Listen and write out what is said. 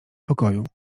pokoju